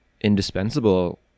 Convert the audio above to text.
indispensable